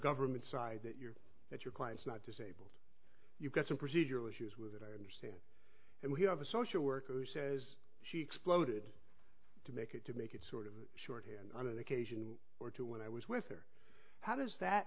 government's side that you that your client's not disabled you've got some procedural issues with it and we have a social worker says she exploded to make it to make it sort of shorthand on an occasion or two when i was with her how does that